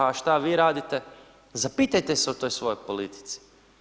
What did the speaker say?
A šta vi radite, zapitajte se o toj svojoj politici.